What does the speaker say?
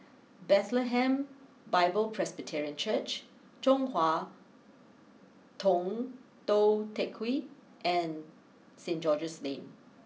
Bethlehem Bible Presbyterian Church Chong Hua Tong Tou Teck Hwee and Saint George's Lane